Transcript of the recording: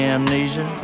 amnesia